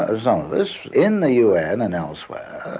ah some of us, in the un and elsewhere,